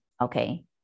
okay